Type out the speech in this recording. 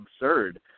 absurd